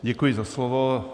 Děkuji za slovo.